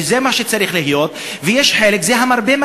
וזה מה שצריך להיות,